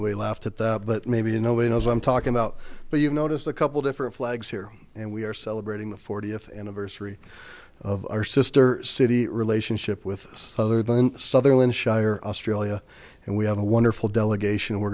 we laughed at that but maybe nobody knows i'm talking about but you notice a couple different flags here and we are celebrating the fortieth anniversary of our sister city relationship with this other than sutherland shire australia and we have a wonderful delegation we're